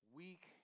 weak